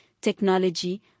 technology